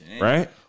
Right